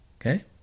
okay